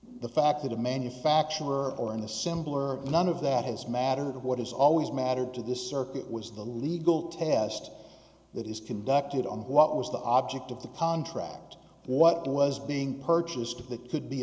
the fact that a manufacturer or in the symbol or none of that has mattered what has always mattered to this circuit was the legal test that is conducted on what was the object of the contract what was being purchased of that could be